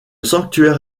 sanctuaire